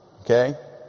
okay